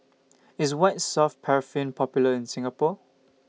IS White Soft Paraffin Popular in Singapore